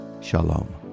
Shalom